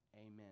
Amen